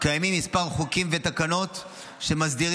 קיימים כמה חוקים ותקנות שמסדירים,